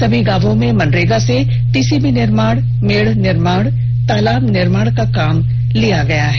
सभी गांवो में मनरेगा से टीसीबी निर्माण मे निर्माण तालाब निर्माण का काम लिया गया है